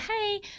hey